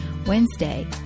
Wednesday